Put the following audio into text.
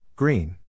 Green